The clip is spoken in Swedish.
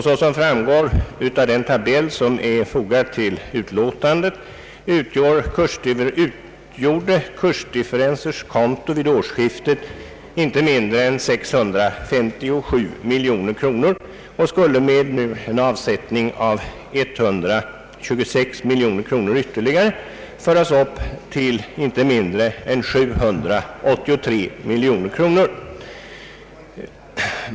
Såsom framgår av den tabell som är fogad till utlåtandet fanns inte mindre än 657 miljoner kronor på kursdifferenskontot vid årsskiftet 1969—1970, och det skulle med en avsättning på 126 miljoner kronor ytterligare föras upp till inte mindre än 783 miljoner kronor.